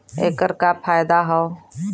ऐकर का फायदा हव?